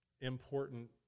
important